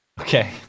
Okay